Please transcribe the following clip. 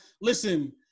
Listen